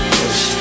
push